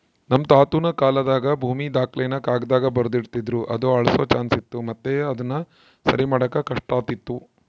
ನಮ್ ತಾತುನ ಕಾಲಾದಾಗ ಭೂಮಿ ದಾಖಲೆನ ಕಾಗದ್ದಾಗ ಬರ್ದು ಇಡ್ತಿದ್ರು ಅದು ಅಳ್ಸೋ ಚಾನ್ಸ್ ಇತ್ತು ಮತ್ತೆ ಅದುನ ಸರಿಮಾಡಾಕ ಕಷ್ಟಾತಿತ್ತು